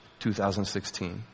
2016